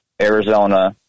Arizona